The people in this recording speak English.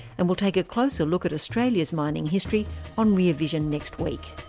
and we'll take a close ah look at australia's mining history on rear vision next week.